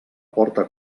porta